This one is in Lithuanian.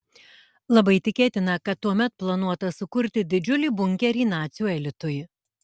labai tikėtina kad tuomet planuota sukurti didžiulį bunkerį nacių elitui